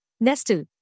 Nestle